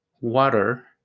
water